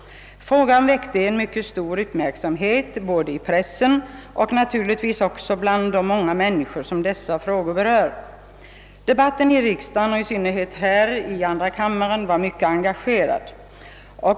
Frågan väckte mycket stor uppmärksamhet både i pressen och, naturligtvis, bland alla de människor som beröres av dessa frågor. Debatten i riksdagen — och i synnerhet här i andra kammaren — var också mycket engagerad.